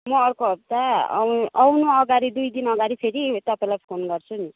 म अर्को हप्ता आउनु आउनु अगाडि दुई दिन अगाडि फेरि तपाईँलाई फोन गर्छु नि